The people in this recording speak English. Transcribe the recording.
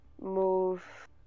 move